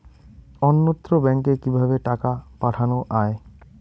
অন্যত্র ব্যংকে কিভাবে টাকা পাঠানো য়ায়?